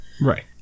Right